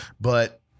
But-